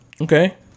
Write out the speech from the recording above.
Okay